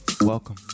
welcome